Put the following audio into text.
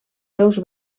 seus